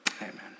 Amen